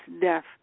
death